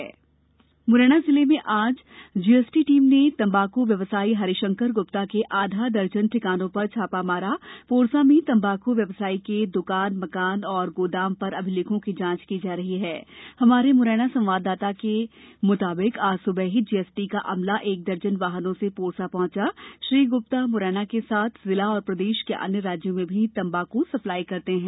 GST छापा म्रैना जिले में आज जी एस टी टीम ने तंबाकू व्यवसायी हरीशंकर ग्प्ता के आधा दर्जन ठिकानों पर छापा मारा पोरसा में तंबाकू व्यवसायी के द्कान मकान तथा गौदाम पर अभिलेखों की जांच की जा रही है हमारे म्रैना संवाददाता के मुताबिक आज स्बह ही जीएसटी का अमला एक दर्जन वाहनों से पोरसा पहुंचा श्री ग्प्ता मुरैना के साथ जिला व प्रदेश के अन्य राज्यों में भी तंबाक् सप्लाई करते है